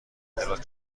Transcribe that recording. دراز